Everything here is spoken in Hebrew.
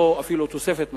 אפילו לא תוספת מרפסת,